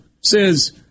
says